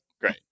great